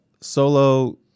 solo